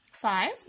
Five